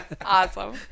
Awesome